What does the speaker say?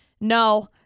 No